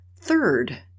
Third